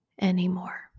anymore